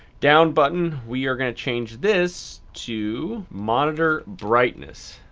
down button we are going to change this to monitor brightness.